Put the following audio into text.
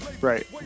right